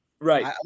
Right